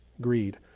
greed